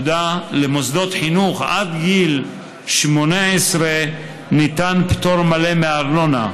למוסדות חינוך עד גיל 18 ניתן פטור מלא מארנונה,